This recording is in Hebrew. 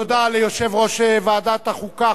תודה ליושב-ראש ועדת החוקה,